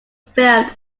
filmed